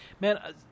man